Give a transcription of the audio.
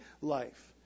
life